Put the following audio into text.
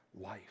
life